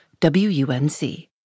WUNC